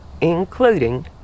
including